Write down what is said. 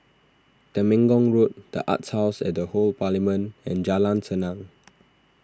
Temenggong Road the Arts House at the Old Parliament and Jalan Senang